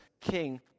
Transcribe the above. king